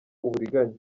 uburiganya